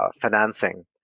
financing